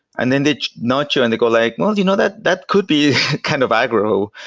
and then they nudge you and they go like, well, you know that that could be kind of agro.